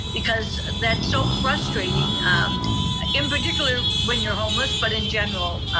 because that's so frustrating in particular when you're homeless, but in general,